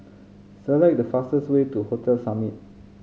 select the fastest way to Hotel Summit